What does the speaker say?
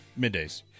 middays